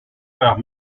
par